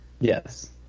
Yes